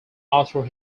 author